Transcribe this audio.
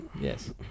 Yes